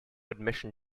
admission